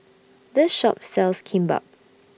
This Shop sells Kimbap